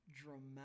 dramatic